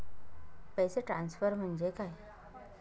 पैसे ट्रान्सफर म्हणजे काय?